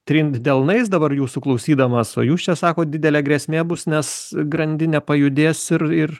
trint delnais dabar jūsų klausydamas o jūs čia sakot didelė grėsmė bus nes grandinė pajudės ir ir